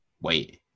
Wait